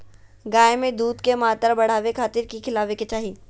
गाय में दूध के मात्रा बढ़ावे खातिर कि खिलावे के चाही?